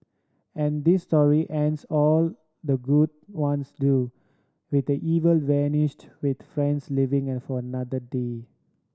and this story ends all the good ones do with evil vanquished with friends living and for another day